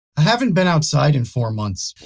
haven't been outside in four months.